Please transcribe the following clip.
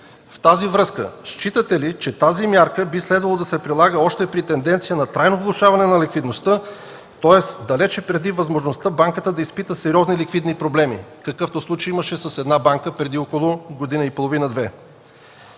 В тази връзка, считате ли, че тази мярка би следвало да се прилага още при тенденция на трайно влошаване на ликвидността, тоест далеч преди възможността банката да изпита сериозни ликвидни проблеми, какъвто случай имаше с една банка преди около година и половина-две?